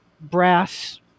brass